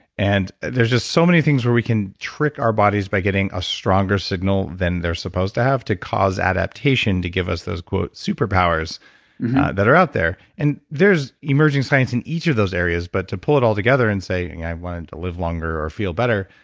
and there's just so many things where we can trick our bodies by getting us ah stronger signal than they're supposed to have to cause adaptation to give us those super powers that are out there and there's emerging science in each of those areas, but to pull it all together and say, and i want to live longer or feel better,